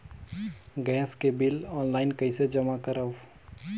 Gas के bill online कइसे जमा करव?